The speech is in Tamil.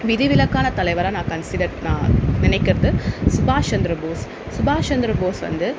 விதிவிலக்கான தலைவராக நான் கன்ஸிடெர் நான் நினைக்கிறது சுபாஷ் சந்திர போஸ் சுபாஷ் சந்திர போஸ் வந்து